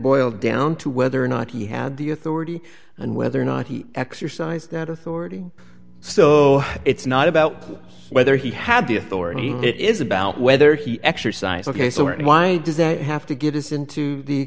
boil down to whether or not he had the authority and whether or not he exercised that authority so it's not about whether he had the authority it is about whether he exercised ok so why does there have to get into the